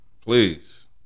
Please